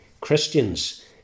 christians